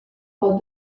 pel